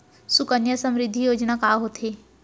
सुकन्या समृद्धि योजना का होथे